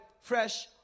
fresh